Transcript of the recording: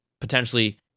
potentially